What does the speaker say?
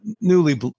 newly